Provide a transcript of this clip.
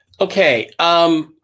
Okay